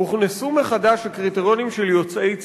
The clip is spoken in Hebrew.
הוכנסו מחדש הקריטריונים של יוצאי צבא,